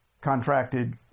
contracted